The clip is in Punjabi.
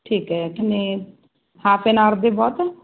ਠੀਕ ਐ ਕਿੰਨੇ ਹਾਫ ਐਨ ਆਰ ਦੇ ਬਹੁਤ